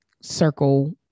circle